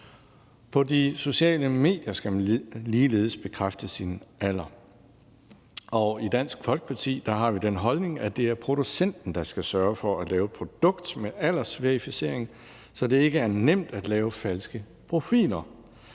På de sociale medier skal man ligeledes bekræfte sin alder. I Dansk Folkeparti har vi den holdning, at det er producenten, der skal sørge for at lave et produkt med aldersverificering, så det ikke er nemt at lave falske profiler.